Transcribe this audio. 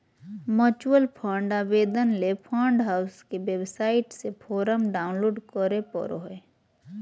mutual fund आवेदन ले fund house के वेबसाइट से फोरम डाऊनलोड करें परो हय